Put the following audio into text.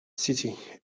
city